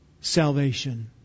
salvation